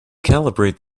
calibrate